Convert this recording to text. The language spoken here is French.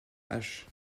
hache